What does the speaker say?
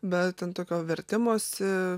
bet ten tokio vertimosi